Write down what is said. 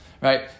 Right